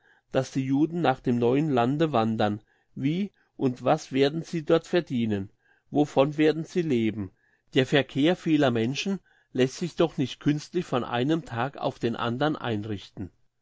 dass die juden nach dem neuen lande wandern wie und was werden sie dort verdienen wovon werden sie leben der verkehr vieler menschen lässt sich doch nicht künstlich von einem tag auf den andern einrichten